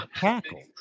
tackle